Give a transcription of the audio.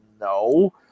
No